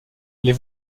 les